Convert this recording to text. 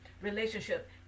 relationship